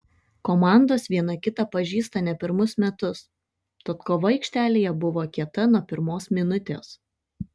komandos viena kitą pažįsta ne pirmus metus tad kova aikštelėje buvo kieta nuo pirmos minutės